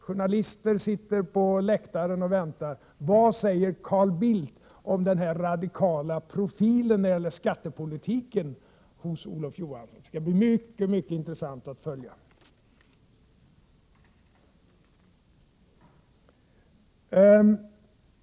Journalisterna sitter på läktarna och väntar på vad Carl Bildt skall säga om Olof Johanssons radikala profil när det gäller skattepolitiken. Det skall bli mycket intressant att följa detta.